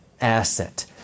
asset